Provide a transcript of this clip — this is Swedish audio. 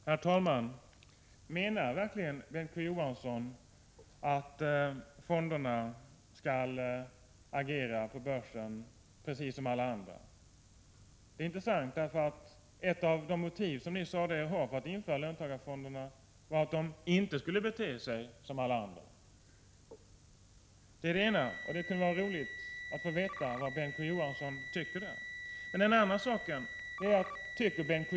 Herr talman! Menar verkligen Bengt K. Å. Johansson att fonderna skall agera på börsen precis som alla andra? Detta är intressant. Ett av de motiv som ni sade er ha för ett införande av löntagarfonderna var ju att dessa inte skulle bete sig som alla andra. Det är den ena saken. Det kunde vara roligt att få veta vad Bengt K. Å. Johansson tycker i detta avseende. Prot. 1986/87:75 Så till den andra saken, och då måste jag fråga: Tycker Bengt K. Å.